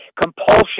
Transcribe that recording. compulsion